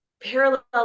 parallel